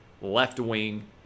left-wing